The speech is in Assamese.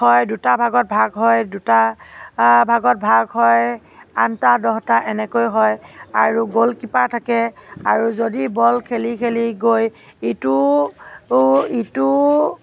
হয় দুটা ভাগত ভাগ হয় দুটা ভাগত ভাগ হয় আঠটা দহটা এনেকৈ হয় আৰু গল কিপাৰ থাকে আৰু যদি বল খেলি খেলি গৈ ইটো ইটো